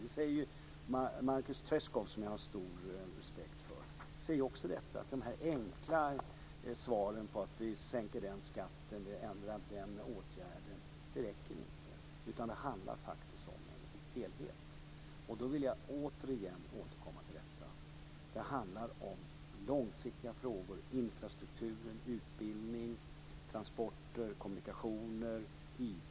Michael Treschow, som jag har stor respekt för, säger också att de enkla svaren om att man genom att sänka en viss skatt och vidta vissa åtgärder inte räcker. Det handlar faktiskt om en helhet. Då vill jag återkomma till att det handlar om långsiktiga frågor - infrastruktur, utbildning, transporter, kommunikationer, IT.